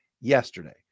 yesterday